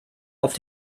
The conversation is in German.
auf